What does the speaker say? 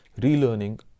relearning